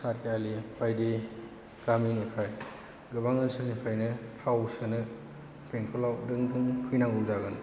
सारिआलि बायदि गामिनिफ्राय गोबां ओनसोलनिफ्रायनो थाव सोनो बेंथलाव दों दों फैनांगौ जागोन